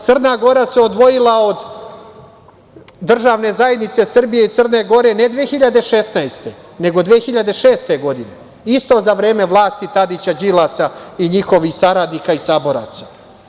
Crna Gora se odvojila od Državne zajednice Srbije i Crne Gore ne 2016, nego 2006. godine, isto za vreme vlasti Tadića, Đilasa i njihovih saradnika i saboraca.